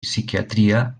psiquiatria